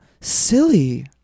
silly